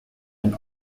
ein